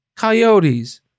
coyotes